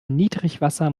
niedrigwasser